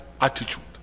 attitude